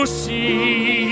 see